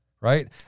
Right